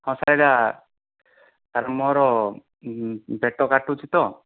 ହଁ sir sir ମୋର ପେଟ କାଟୁଛି ତ